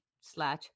slash